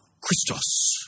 Christos